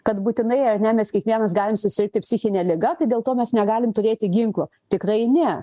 kad būtinai ar ne mes kiekvienas galim susirgti psichine liga tai dėl to mes negalim turėti ginklo tikrai ne